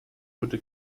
wurde